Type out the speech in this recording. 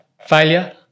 failure